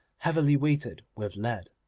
heavily weighted with lead.